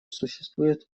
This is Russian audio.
существует